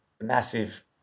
massive